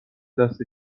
دست